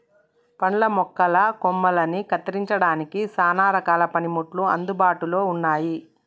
పండ్ల మొక్కల కొమ్మలని కత్తిరించడానికి సానా రకాల పనిముట్లు అందుబాటులో ఉన్నాయి